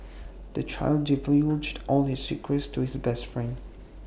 the child divulged all his secrets to his best friend